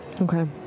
Okay